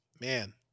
man